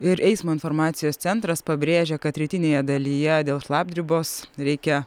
ir eismo informacijos centras pabrėžia kad rytinėje dalyje dėl šlapdribos reikia